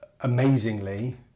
amazingly